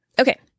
Okay